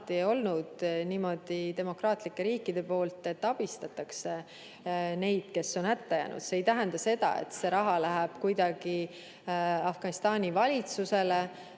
olnud niimoodi, et demokraatlikud riigid püüavad abistada neid, kes on hätta jäänud. See ei tähenda seda, et see raha läheb kuidagi Afganistani valitsusele.